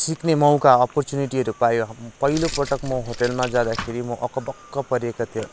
सिक्ने मौका अपरच्युनिटीहरू पायो पहिलो पटक म होटेलमा जाँदाखेरि म अकबक्क परेको थिएँ